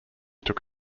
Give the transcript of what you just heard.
took